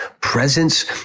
Presence